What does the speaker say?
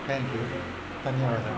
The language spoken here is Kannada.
ಥ್ಯಾಂಕ್ ಯು ಧನ್ಯವಾದಗಳು